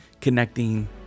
connecting